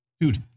Dude